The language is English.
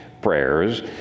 prayers